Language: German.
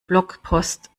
blogpost